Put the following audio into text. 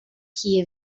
key